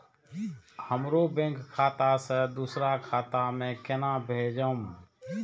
हमरो बैंक खाता से दुसरा खाता में केना भेजम?